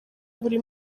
buri